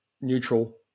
neutral